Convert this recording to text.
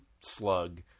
slug